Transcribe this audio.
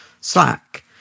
Slack